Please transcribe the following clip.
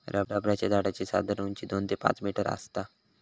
रबराच्या झाडाची साधारण उंची दोन ते पाच मीटर आसता